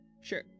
Sure